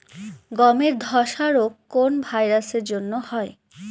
গমের ধসা রোগ কোন ভাইরাস এর জন্য হয়?